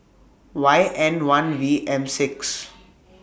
Y N one V M six